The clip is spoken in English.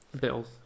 bills